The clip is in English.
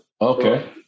Okay